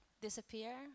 disappear